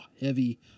heavy